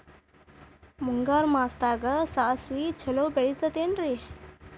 ಮುಂಗಾರು ಮಾಸದಾಗ ಸಾಸ್ವಿ ಛಲೋ ಬೆಳಿತೈತೇನ್ರಿ?